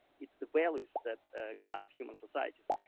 it's the values that guide human societies.